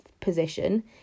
position